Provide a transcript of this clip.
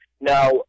Now